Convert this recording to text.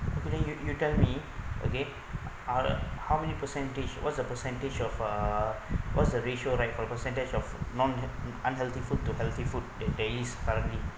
wouldn't you you tell me okay how to how many percentage what’s a percentage of uh what's the ratio right for percentage of non unhealthy food to healthy food there there is currently